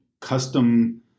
custom